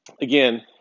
again